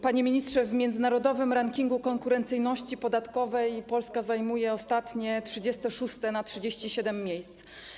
Panie ministrze, w międzynarodowym rankingu konkurencyjności podatkowej Polska zajmuje ostatnie, 36. miejsce - na 37 miejsc.